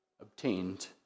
obtained